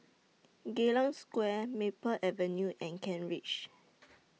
Geylang Square Maple Avenue and Kent Ridge